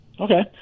Okay